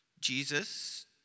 Jesus